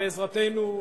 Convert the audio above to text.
בעזרתנו,